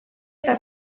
eta